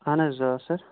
آہَن حظ آ سَر